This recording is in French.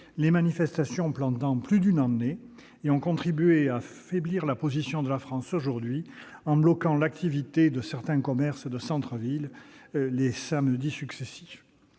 les manifestations pendant plus d'une année et ont contribué à affaiblir la position de la France aujourd'hui, en bloquant l'activité de certains commerces de centre-ville pendant plusieurs